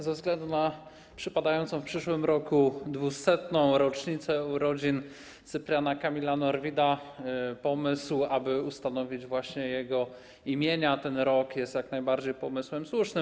Ze względu na przypadającą w przyszłym roku 200. rocznicę urodzin Cypriana Kamila Norwida pomysł, aby ustanowić właśnie jego imieniem ten rok jest jak najbardziej pomysłem słusznym.